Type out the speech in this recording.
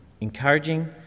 encouraging